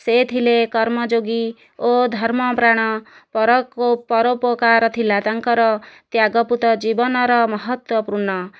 ସେ ଥିଲେ କର୍ମଯୋଗୀ ଓ ଧର୍ମପ୍ରାଣ ପରୋପ ପରୋପକାର ଥିଲା ତାଙ୍କର ତ୍ୟାଗକୃତ ଜୀବନର ମହତ୍ଵପୁର୍ଣ୍ଣ